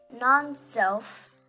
non-self